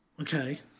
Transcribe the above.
Okay